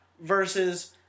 versus